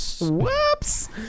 Whoops